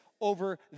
over